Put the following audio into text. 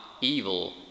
evil